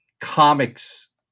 comics